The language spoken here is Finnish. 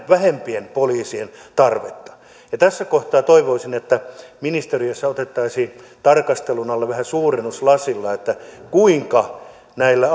vähempää ole poliisien tarvetta tässä kohtaa toivoisin että ministeriössä otettaisiin tarkastelun alle suurennuslasilla kuinka näillä